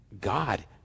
God